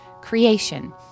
creation